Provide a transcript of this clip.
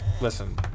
listen